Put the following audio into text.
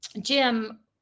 Jim